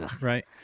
Right